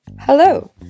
Hello